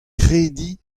krediñ